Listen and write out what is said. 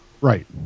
Right